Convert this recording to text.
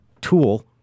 tool